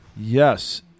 Yes